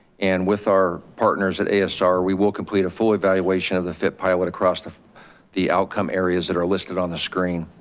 and with our partners at asr, we will complete a full evaluation of the fit pilot across the the outcome areas that are listed on the screen.